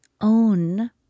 own